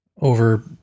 over